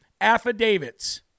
affidavits